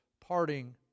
parting